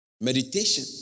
Meditation